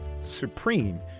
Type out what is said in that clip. supreme